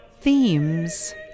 themes